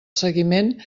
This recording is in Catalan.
seguiment